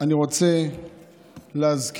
אני רוצה להזכיר,